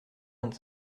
vingt